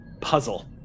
puzzle